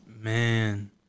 man